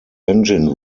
engine